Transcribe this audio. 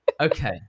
Okay